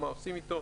מה עושים איתו.